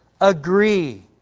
agree